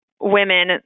women